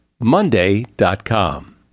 monday.com